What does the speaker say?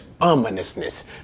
ominousness